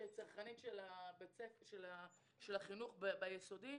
כצרכנית של החינוך ביסודי,